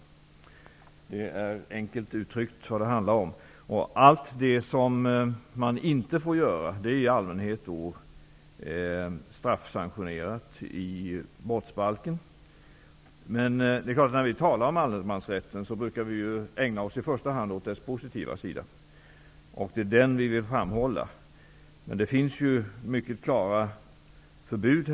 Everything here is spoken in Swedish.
Det är enkelt uttryckt vad det handlar om. Allt det man inte får göra är i allmänhet straffsanktionerat i brottsbalken. Men när vi talar om allemansrätten brukar vi ju ägna oss i första hand åt dess positiva sida. Det är den vi vill framhålla. Men det finns mycket klara förbud.